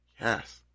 Yes